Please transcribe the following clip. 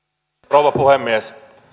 rouva puhemies